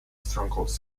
strongholds